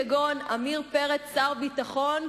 כגון עמיר פרץ שר הביטחון,